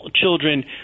children